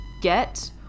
get